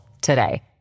today